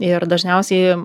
ir dažniausiai